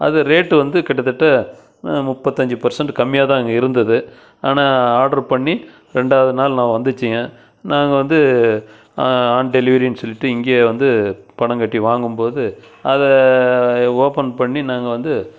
அது ரேட்டு வந்து கிட்டத்தட்ட முப்பத்தஞ்சு பர்சன்ட் கம்மியாகதான் அங்கே இருந்துது ஆனால் ஆர்டரு பண்ணி ரெண்டாவது நாள் நான் வந்துச்சிங்க நாங்கள் வந்து ஆன்டெலிவரின்னு சொல்லிவிட்டு இங்கே வந்து பணம் கட்டி வாங்கும்போது அதை ஓப்பன் பண்ணி நாங்கள் வந்து